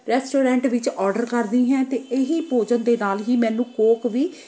restaurant ਵਿੱਚ order ਕਰਦੀ ਹੈ ਅਤੇ ਇਹੀ ਭੋਜਨ ਦੇ ਨਾਲ ਹੀ ਮੈਨੂੰ ਕੋਕ ਵੀ